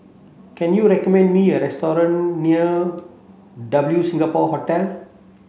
can you recommend me a restaurant near W Singapore Hotel